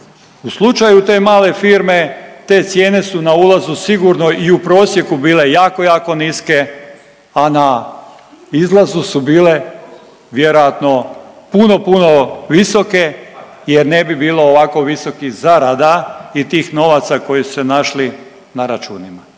u slučaju te male firme te cijene su na ulazu sigurno i u prosjeku bile jako, jako niske, a na izlazu su bile vjerojatno puno, puno visoke jer ne bi bilo ovako visokih zarada i tih novaca koji su se našli na računima.